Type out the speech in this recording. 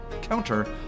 counter